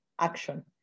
action